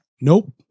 Nope